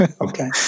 Okay